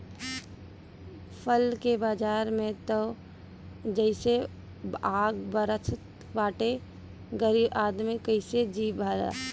फल के बाजार में त जइसे आग बरसत बाटे गरीब आदमी कइसे जी भला